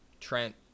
Trent